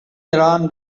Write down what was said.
iran